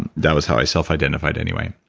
and that was how i self identified anyway.